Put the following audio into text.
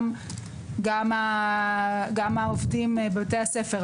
גם העובדים בבתי הספר,